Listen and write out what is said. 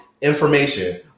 information